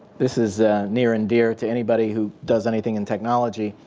this is near and dear to anybody who does anything in technology.